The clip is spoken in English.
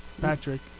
Patrick